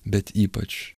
bet ypač